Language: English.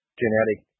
genetic